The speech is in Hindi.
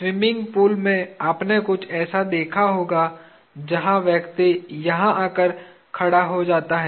स्वीमिंग पूल में आपने कुछ ऐसा देखा होगा जहां व्यक्ति यहां जाकर खड़ा हो जाता है